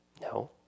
No